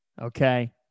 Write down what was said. Okay